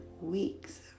weeks